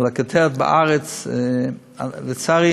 אבל הכותרת ב"הארץ" לצערי,